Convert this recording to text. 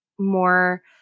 more